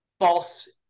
false